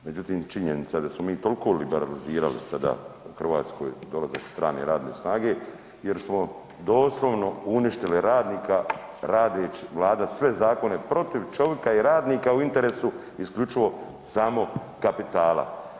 Međutim, činjenica da smo mi tolko liberalizirali sada u Hrvatskoj dolazak strane radne strane jer smo doslovno uništili radnika radeć, vlada sve zakone protiv čovika i radnika u interesu isključivo samo kapitala.